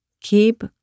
Keep